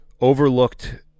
overlooked